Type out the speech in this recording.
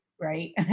right